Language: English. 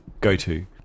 go-to